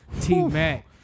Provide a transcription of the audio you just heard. T-Mac